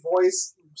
voice